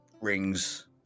rings